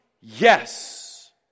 yes